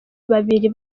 babiri